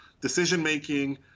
decision-making